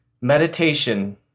Meditation